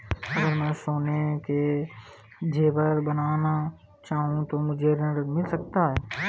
अगर मैं सोने के ज़ेवर बनाना चाहूं तो मुझे ऋण मिल सकता है?